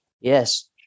Yes